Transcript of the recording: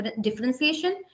differentiation